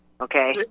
Okay